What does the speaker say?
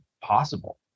possible